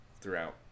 throughout